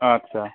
আচ্ছা